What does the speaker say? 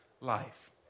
life